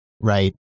Right